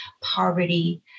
poverty